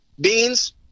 beans